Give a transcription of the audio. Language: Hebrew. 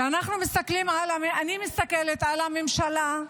ואני מסתכלת על הממשלה,